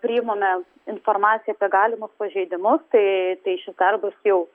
priimame informaciją apie galimus pažeidimus tai tai šis darbas jau